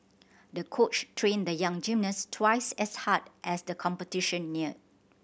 the coach trained the young gymnast twice as hard as the competition neared